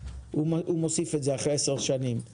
והוא מוסיף את זה אחרי עשר שנים כשיש לו כסף.